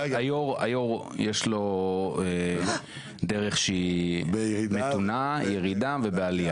היו"ר יש לו דרך שהיא מתונה, בירידה ובעלייה.